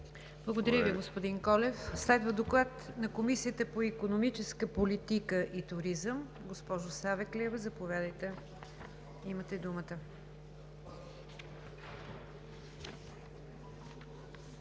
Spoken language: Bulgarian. Благодаря Ви, господин Колев. Следва Доклад на Комисията по икономическа политика и туризъм. Госпожо Савеклиева, заповядайте. ДОКЛАДЧИК